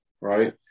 right